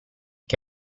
che